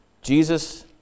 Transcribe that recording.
Jesus